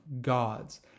God's